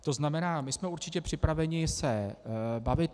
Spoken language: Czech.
To znamená, my jsme určitě připraveni se o tom bavit.